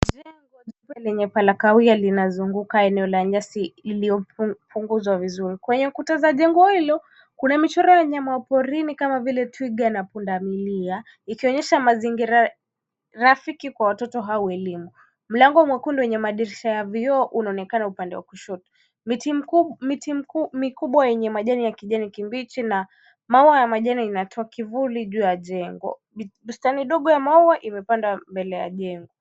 Jengo leupe lenye paa la kahawia limezunguka eneo la nyasi iliyopunguzwa vizuri. Kwenye kuta za jengo hilo kuna michoro ya wanyama wa porini kama vile twiga na pundamilia ikionyesha mazingira rafiki kwa watoto hawa wa elimu. Mlango mwekundu wenye dirisha la vioo unaonekana upande wa kushoto. Miti mikubwa yenye majani ya kijani kibichi na maua ya kijani inatoa kivuli juu ya jengo. Bustani ndogo ya maua imepandwa mbele ya jengo.